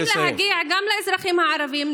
צריכים להגיע גם לאזרחים הערבים,